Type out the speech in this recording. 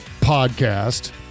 podcast